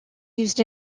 used